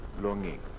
longing